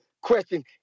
question